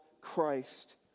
Christ